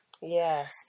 Yes